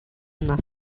enough